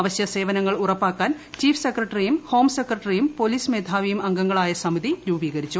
അവശ്യ സേവനങ്ങൾ ഉറപ്പാക്കാൻ ചീഫ് സെക്രട്ടറിയും ഹോം സെക്രട്ടറിയും പൊലീസ് മേധാവിയും അംഗങ്ങളായ സമിതി രൂപീകരിച്ചു